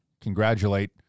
congratulate